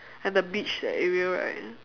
and the beach that area right